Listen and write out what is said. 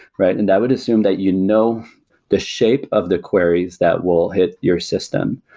right? and that would assume that you know the shape of the queries that will hit your system.